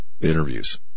interviews